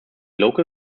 local